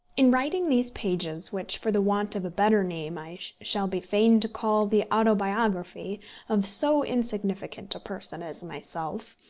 in writing these pages, which, for the want of a better name, i shall be fain to call the autobiography of so insignificant a person as myself,